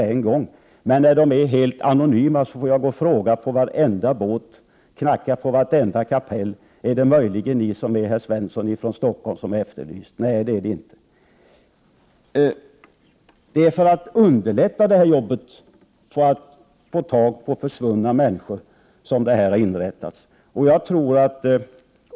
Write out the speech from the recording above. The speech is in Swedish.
Men är de helt anonyma måste jag fråga i varenda båt, knacka på vartenda kapell och fråga: Är möjligen ni herr Svensson från Stockholm som är eftersökt? — Nej, det är jag inte! Det är för att underlätta jobbet att få tag på försvunna människor som detta båtregister har inrättats.